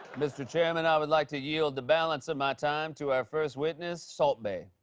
mr. chairman, i would like to yield the balance of my time to our first witness, salt bae.